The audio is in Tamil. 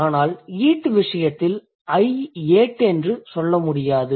ஆனால் eat விசயத்தில் I ate என்று சொல்ல முடியாது